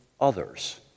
others